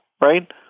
Right